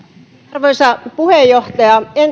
arvoisa